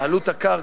עלות הקרקע.